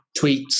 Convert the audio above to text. tweets